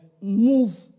move